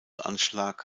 anschlag